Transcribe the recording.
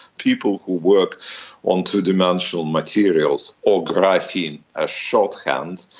people who work on two-dimensional materials or graphene as shorthand,